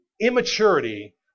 immaturity